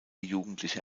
jugendliche